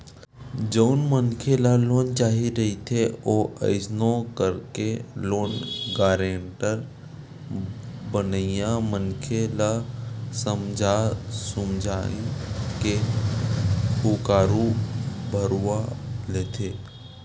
जउन मनखे ल लोन चाही रहिथे ओ कइसनो करके लोन गारेंटर बनइया मनखे ल समझा सुमझी के हुँकारू भरवा लेथे